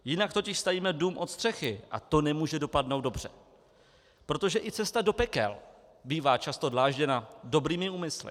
Jinak totiž stavíme dům od střechy a to nemůže dopadnout dobře, protože i cesta do pekel bývá často dlážděna dobrými úmysly.